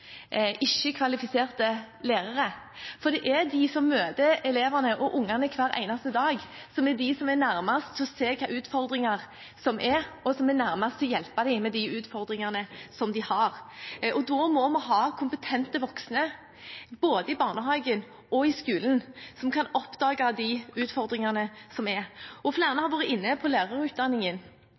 lærere – for det er de som møter elevene og barna hver eneste dag, som er de nærmeste til å se hva slags utfordringer de har, og som er de nærmeste til å hjelpe dem med de utfordringene de har. Da må vi både i barnehagen og i skolen ha kompetente voksne som kan oppdage de utfordringene barna har. Flere har vært inne på lærerutdanningen